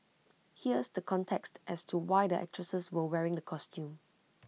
here's the context as to why the actresses were wearing the costumes